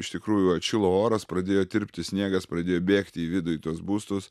iš tikrųjų atšilo oras pradėjo tirpti sniegas pradėjo bėgti į vidų į tuos būstus